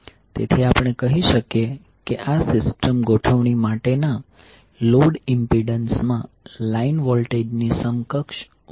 તેથી આપણે કહી શકીએ કે આ સિસ્ટમ ગોઠવણી માટેના લોડ ઇમ્પિડન્સ માં લાઇન વોલ્ટેજની સમકક્ષ વોલ્ટેજ છે